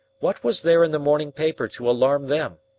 what was there in the morning paper to alarm them?